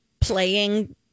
playing